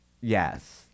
yes